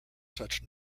such